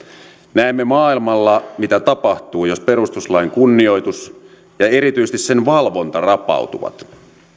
näemme maailmalla mitä tapahtuu jos perustuslain kunnioitus ja erityisesti sen valvonta rapautuvat